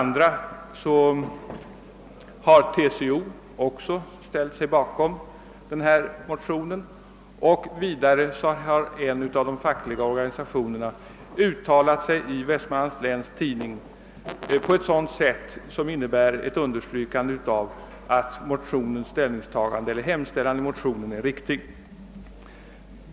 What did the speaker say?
TCO har också ställt sig bakom motionen. Vidare har en av de fackliga organisationerna uttalat sig i Vestmanlands Läns Tidning på ett sätt som innebär ett understrykande av att hemställan i motionen är riktig.